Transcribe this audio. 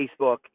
Facebook